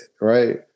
Right